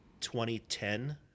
2010